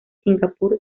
singapur